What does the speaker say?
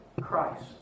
Christ